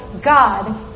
God